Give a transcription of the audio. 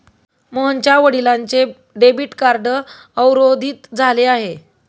मोहनच्या वडिलांचे debit card अवरोधित झाले आहे